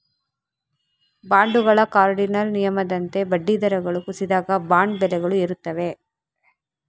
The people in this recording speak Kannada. ಬಾಂಡುಗಳ ಕಾರ್ಡಿನಲ್ ನಿಯಮದಂತೆ ಬಡ್ಡಿ ದರಗಳು ಕುಸಿದಾಗ, ಬಾಂಡ್ ಬೆಲೆಗಳು ಏರುತ್ತವೆ